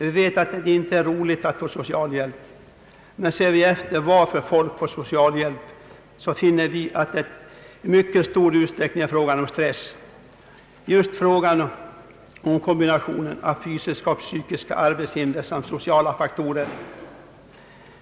Vi vet att det inte är roligt att få socialhjälp, men ser vi efter varför folk får socialhbjälp, finner vi att det i mycket stor utsträckning är fråga om stress, just frågan om kombination av fysiska och psykiska arbetshinder samt sociala faktorer.